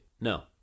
No